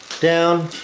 down,